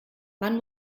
man